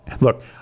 look